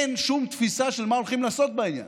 אין שום תפיסה של מה הולכים לעשות בעניין.